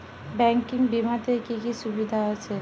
Banking বিমাতে কি কি সুবিধা আছে?